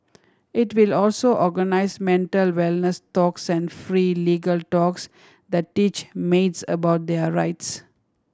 it will also organise mental wellness talks and free legal talks that teach maids about their rights